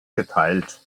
geteilt